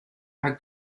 are